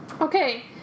Okay